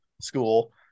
school